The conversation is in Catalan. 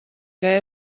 que